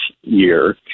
year